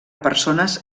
persones